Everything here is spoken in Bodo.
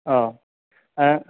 औ